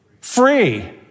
Free